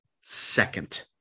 second